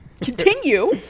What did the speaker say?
Continue